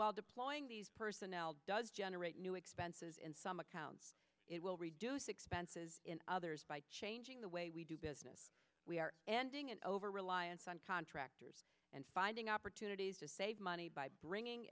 while deploying these personnel does generate new expenses and some accounts it will reduce expenses in others by changing the way we do business we are ending an over reliance on contractors and finding opportunities to save money by bringing